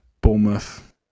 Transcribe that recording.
Bournemouth